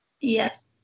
Yes